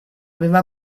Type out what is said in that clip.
aveva